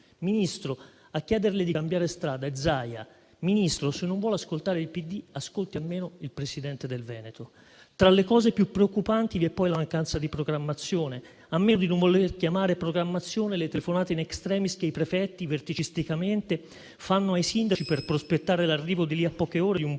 Ministro, a chiederle di cambiare strada è Zaia. Signor Ministro, se non vuole ascoltare il PD, ascolti almeno il Presidente del Veneto. Tra le cose più preoccupanti vi è poi la mancanza di programmazione, a meno di non voler chiamare programmazione le telefonate *in extremis* che i prefetti verticisticamente fanno ai sindaci per prospettare l'arrivo di lì a poche ore di un